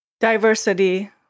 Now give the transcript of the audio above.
diversity